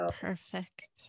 Perfect